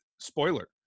spoiler